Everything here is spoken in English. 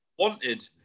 Wanted